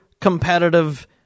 competitive